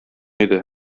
иде